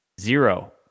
zero